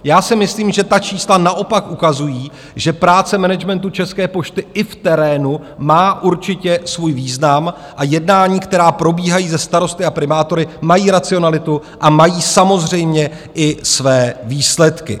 Já si myslím, že ta čísla naopak ukazují, že práce managementu České pošty i v terénu má určitě svůj význam a jednání, která probíhají se starosty a primátory, mají racionalitu a mají samozřejmě i své výsledky.